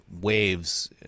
waves